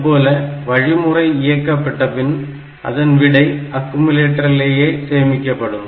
அதுபோல வழிமுறை இயக்கப்பட்ட பின் அதன் விடை அக்குமுலேட்டரிலேயே சேமிக்கப்படும்